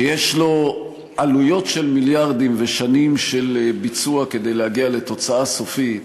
שיש לו עלויות של מיליארדים ושנים של ביצוע כדי להגיע לתוצאה סופית,